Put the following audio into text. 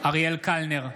אריאל קלנר,